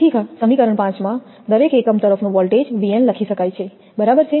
તેથી સમીકરણ 5 માં દરેક એકમ તરફનો વોલ્ટેજ 𝑉𝑛 લખી શકાય છે બરાબર